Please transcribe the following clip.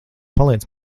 paliec